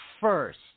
first